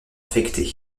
infecté